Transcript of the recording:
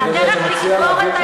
זאת הדרך לסגור את העיניים שלנו.